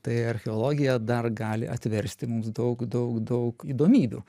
tai archeologija dar gali atversti mums daug daug daug įdomybių